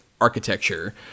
architecture